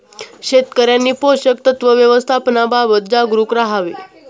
शेतकऱ्यांनी पोषक तत्व व्यवस्थापनाबाबत जागरूक राहावे